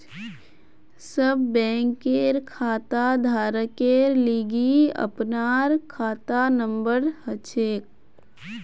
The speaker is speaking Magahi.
सब बैंक खाताधारकेर लिगी अपनार खाता नंबर हछेक